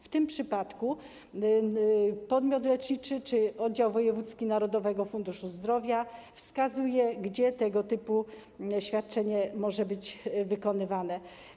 W tym przypadku podmiot leczniczy czy oddział wojewódzki Narodowego Funduszu Zdrowia wskazuje, gdzie tego typu świadczenie może być wykonywane.